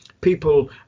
people